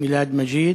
"מִלאד מַג'יד".